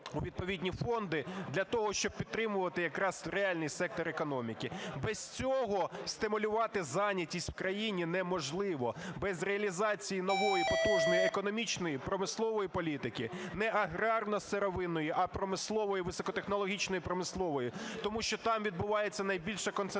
у відповідні фонди, для того щоб підтримувати якраз реальний сектор економіки. Без цього стимулювати зайнятість в країні неможливо, без реалізації нової потужної економічної, промислової політики, не аграрно-сировинної, а промислової і високотехнологічної промислової. Тому що там відбувається найбільша концентрація